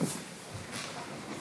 חברי